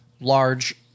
large